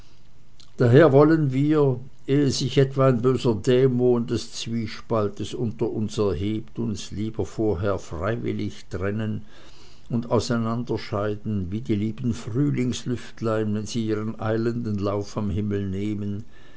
daher wollen wir ehe sich etwa ein böser dämon des zwiespaltes unter uns erhebt uns lieber vorher freiwillig trennen und auseinander scheiden wie die lieben frühlingslüftlein wenn sie ihren eilenden lauf am himmel nehmen